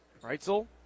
Reitzel